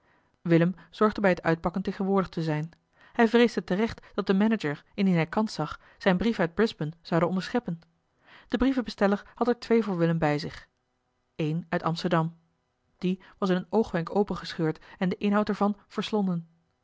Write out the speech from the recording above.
willem zorgde bij het uitpakken tegenwoordig te zijn hij vreesde terecht dat de manager indien hij kans zag zijn brief uit brisbane zoude onderscheppen de brievenbesteller had er twee voor willem bij zich een uit amsterdam die was in een oogwenk openge gescheurd en de inhoud ervan